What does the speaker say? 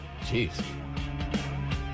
Jeez